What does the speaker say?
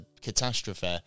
catastrophe